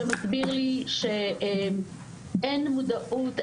שמסביר לי שאין מודעות,